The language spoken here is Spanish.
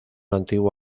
antiguo